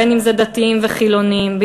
בין שזה דתיים וחילונים,